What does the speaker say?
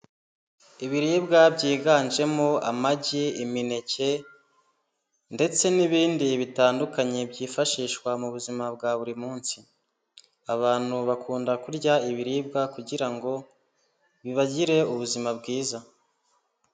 Ibiribwa byiganjemo amagi, imineke ndetse n'ibindi bitandukanye byifashishwa mu buzima bwa buri munsi, abantu bakunda kurya ibiribwa kugira ngo bagire ubuzima bwiza.